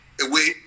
away